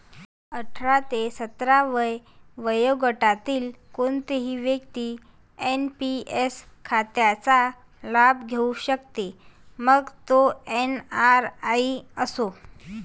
अठरा ते सत्तर वर्षे वयोगटातील कोणतीही व्यक्ती एन.पी.एस खात्याचा लाभ घेऊ शकते, मग तो एन.आर.आई असो